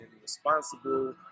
responsible